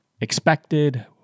expected